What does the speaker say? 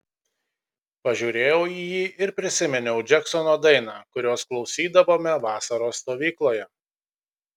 pažiūrėjau į jį ir prisiminiau džeksono dainą kurios klausydavome vasaros stovykloje